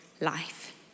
life